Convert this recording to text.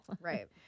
Right